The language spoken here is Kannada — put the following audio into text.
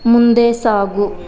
ಮುಂದೆ ಸಾಗು